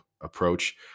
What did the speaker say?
approach